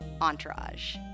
Entourage